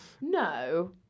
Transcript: No